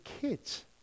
kids